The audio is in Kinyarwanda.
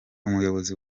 umuyobozi